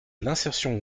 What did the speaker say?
l’insertion